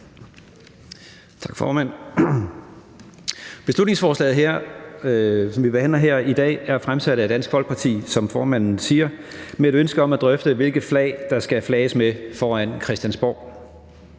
Tak, formand. Beslutningsforslaget, som vi behandler her i dag, er, som formanden siger, fremsat af Dansk Folkeparti med et ønske om at drøfte, hvilke flag der skal flages med foran Christiansborg.